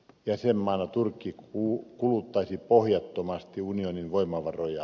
jäsenmaana turkki kuluttaisi pohjattomasti unionin voimavaroja